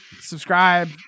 subscribe